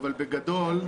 אבל בגדול,